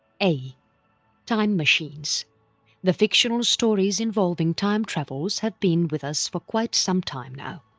a time machines the fictional stories involving time travels have been with us for quite some time now.